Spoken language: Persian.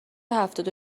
هفتاد